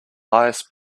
highest